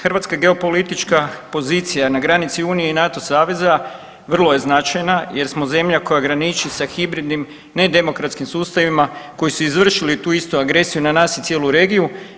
Hrvatska geopolitička pozicija na granici Unije i NATO saveza vrlo je značajna jer smo zemlja koja graniči sa hibridnim ne demokratskim sustavima koji su izvršili tu istu agresiju na nas i cijelu regiju.